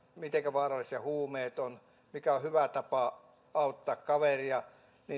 miten vaarallisia huumeet ovat mikä on hyvä tapa auttaa kaveria